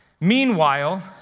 Meanwhile